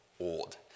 old